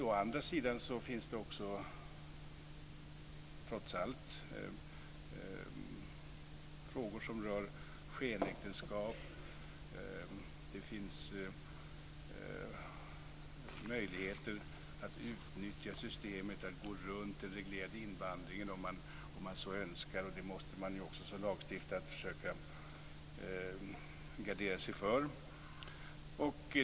Å andra sidan finns det trots allt frågor som skenäktenskap och möjligheter att utnyttja systemet, att kringgå den reglerade invandringen om man så önskar. Detta måste man som lagstiftare försöka gardera sig mot.